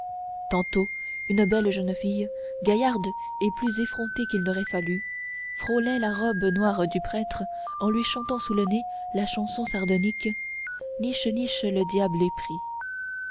tantôt une belle jeune fille gaillarde et plus effrontée qu'il n'aurait fallu frôlait la robe noire du prêtre en lui chantant sous le nez la chanson sardonique niche niche le diable est pris